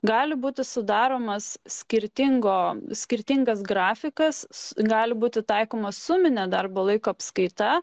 gali būti sudaromas skirtingo skirtingas grafikas gali būti taikoma suminė darbo laiko apskaita